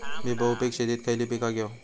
मी बहुपिक शेतीत खयली पीका घेव?